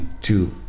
Two